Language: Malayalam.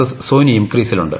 എസ് സോനിയും ക്രീസിലുണ്ട്